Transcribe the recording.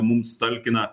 mums talkina